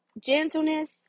gentleness